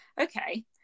okay